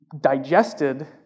digested